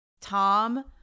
Tom